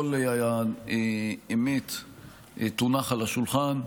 כל האמת תונח על השולחן,